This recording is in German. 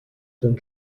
den